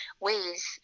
ways